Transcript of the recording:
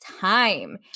time